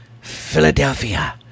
Philadelphia